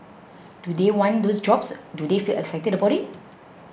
do they want those jobs do they feel excited about it